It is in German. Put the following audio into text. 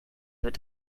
wird